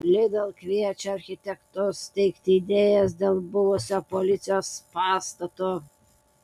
lidl kviečia architektus teikti idėjas dėl buvusio policijos pastato